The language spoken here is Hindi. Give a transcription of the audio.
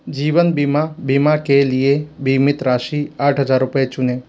जीवन बीमा बीमा के लिए बीमित राशि आठ हज़ार रुपये चुनें